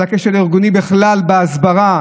בכשל הארגוני בכלל בהסברה?